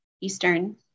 Eastern